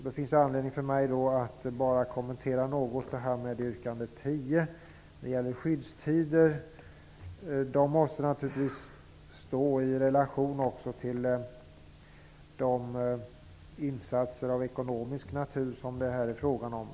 Det finns då anledning för mig att något kommentera yrkande 10, som gäller skyddstider. Det måste naturligtvis stå i relation till de insatser av ekonomisk natur som det här är fråga om.